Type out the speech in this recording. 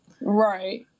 right